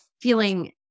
feeling